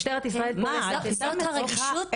משטרת ישראל --- זאת הרגישות?